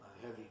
Heavy